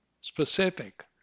Specific